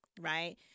right